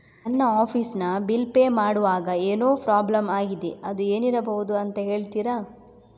ನನ್ನ ಆಫೀಸ್ ನ bill pay ಮಾಡ್ವಾಗ ಏನೋ ಪ್ರಾಬ್ಲಮ್ ಆಗಿದೆ ಅದು ಏನಿರಬಹುದು ಅಂತ ಹೇಳ್ತೀರಾ?